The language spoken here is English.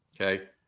Okay